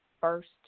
first